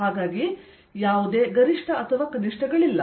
ಆದ್ದರಿಂದ ಯಾವುದೇ ಗರಿಷ್ಠ ಅಥವಾ ಕನಿಷ್ಠಗಳಿಲ್ಲ